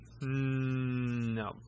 No